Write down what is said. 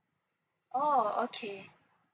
oh okay